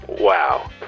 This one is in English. Wow